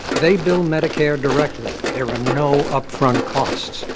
they bill medicare directly. there are no upfront costs.